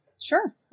sure